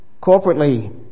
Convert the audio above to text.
Corporately